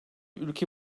ülke